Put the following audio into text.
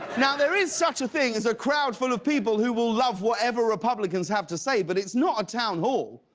now there is such a thing as a crowd full of people who will love whatever republicans have to say. but it's not a townhall.